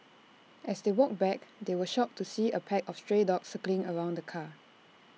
as they walked back they were shocked to see A pack of stray dogs circling around the car